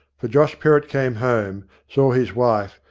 for josh perrott came home, saw his wife,